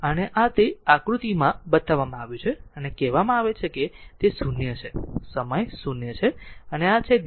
અને તે આ એક આકૃતિમાં આકૃતિમાં બતાવવામાં આવ્યું છે અને કહેવામાં આવે છે કે તે 0 છે સમય 0 છે અને આ છે Δ t